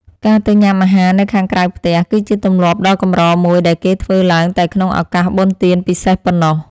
ការទៅញ៉ាំអាហារនៅខាងក្រៅផ្ទះ គឺជាទម្លាប់ដ៏កម្រមួយដែលគេធ្វើឡើងតែក្នុងឱកាសបុណ្យទានពិសេសប៉ុណ្ណោះ។